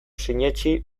sinetsi